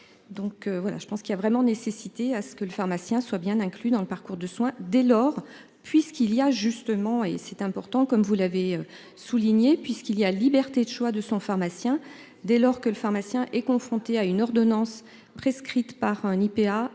je pense qu'il y a vraiment nécessité à ce que le pharmacien soient bien inclus dans le parcours de soins. Dès lors, puisqu'il y a justement et c'est important, comme vous l'avez souligné, puisqu'il y a liberté de choix de son pharmacien dès lors que le pharmacien est confronté à une ordonnance prescrite par un IPA